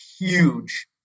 huge